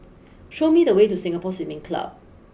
show me the way to Singapore Swimming Club